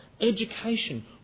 education